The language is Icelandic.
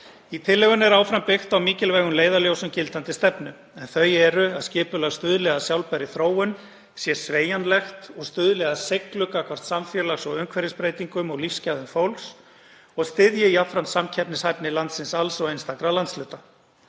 Í tillögunni er áfram byggt á mikilvægum leiðarljósum gildandi stefnu en þau eru að skipulag stuðli að sjálfbærri þróun, sé sveigjanlegt og stuðli að seiglu gagnvart samfélags- og umhverfisbreytingum og lífsgæðum fólks og styðji jafnframt samkeppnishæfni landsins alls og einstakra landshluta.